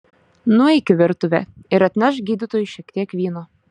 nueik į virtuvę ir atnešk gydytojui šiek tiek vyno